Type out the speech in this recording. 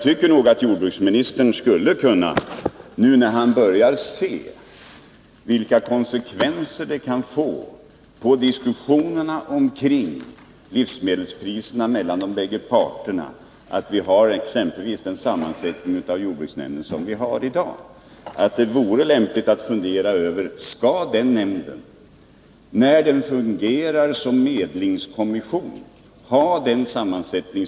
När nu jordbruksministern börjar se de konsekvenser som exempelvis jordbruksnämndens nuvarande sammansättning kan få för diskussionerna om livsmedelspriserna mellan parterna, så bör han väl också inse att det är lämpligt att börja fundera över om nämnden, när den fungerar som medlingskommission, skall ha nuvarande sammansättning.